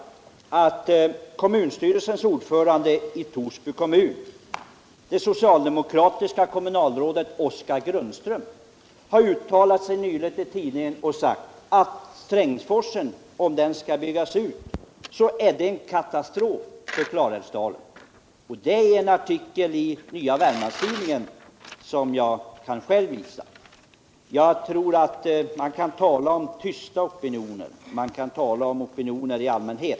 Kommunstyrelsens ordförande i Torsby kommun, det socialdemokratiska kommunalrådet Oskar Grundström, har uttalat att om Strängsforsen skulle byggas ut så vore det en katastrof för Klarälvsdalen. Det stod i en artikel i Nya Wermlands-Tidningen som jag kan visa. Man kan tala om tysta opinioner. Och man kan tala om opinioner i allmänhet.